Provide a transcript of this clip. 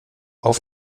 auf